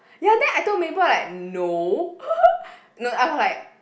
ya then I told Mabel like no no I'm like